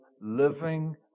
living